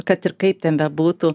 kad ir kaip ten bebūtų